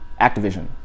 Activision